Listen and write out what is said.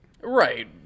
Right